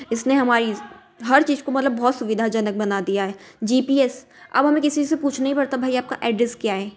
इसने हमारी हर चीज़ को मतलब बहुत सुविधाजनक बना दिया है जी पी एस अब हमें किसी से पूछ नहीं पड़ता भाई आपका ऐड्रेस क्या है